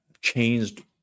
changed